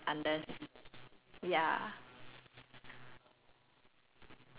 but like what's something super weird and that no one would go and eat unless